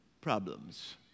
problems